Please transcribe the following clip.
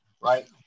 right